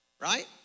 right